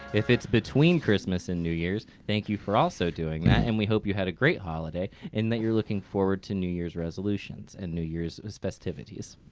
if it's between christmas and new year's thank you for also doing that. and we hope you had a great holiday and that you're looking forward to new year's resolutions and new year's festivities.